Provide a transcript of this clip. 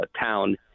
town